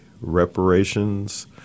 Reparations